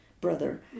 Brother